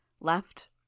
Left